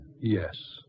Yes